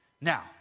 Now